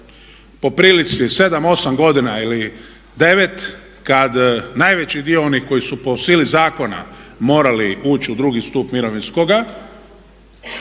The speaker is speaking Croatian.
po prilici 7, 8 godina ili 9 kad najveći dio onih koji su po sili zakona morali ući u drugi stup mirovinskoga